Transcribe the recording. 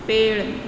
पेड़